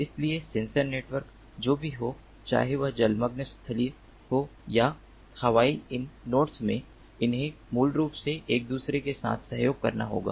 इसलिए sensor network जो भी हो चाहे वह जलमग्न स्थलीय हो या हवाई इन नोड्स में उन्हें मूल रूप से एक दूसरे के साथ सहयोग करना होगा